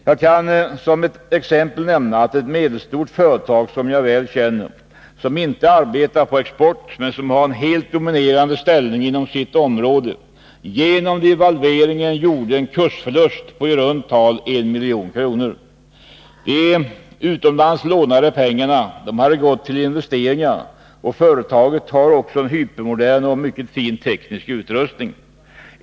Jag kan som exempel nämna att ett medelstort företag, som jag väl känner, som inte arbetar på export men som har en helt dominerande ställning inom sitt område, genom devalveringen gjorde en kursförlust på i runt tal en miljon kronor. De utomlands lånade pengarna hade gått till investeringar, och företaget har en hypermodern och mycket fin teknisk utrustning.